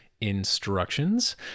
instructions